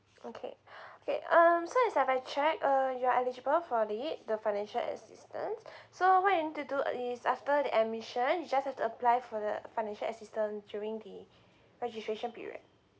okay okay um so as I've checked uh you are eligible for it the financial assistance so what you need to do is after the admission you just have apply for the financial assistance during the registration period